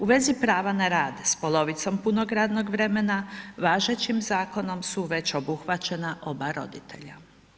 U vezi prava na rad s polovicom punog radnog vremena, važećim zakonom su već obuhvaćena oba roditelja.